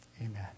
Amen